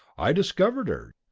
i discovered her!